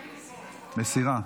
אני מסירה.